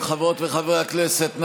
חברות וחברי הכנסת,